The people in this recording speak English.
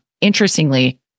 interestingly